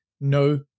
no